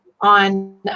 on